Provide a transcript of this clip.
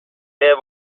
sehr